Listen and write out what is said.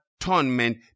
atonement